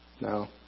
No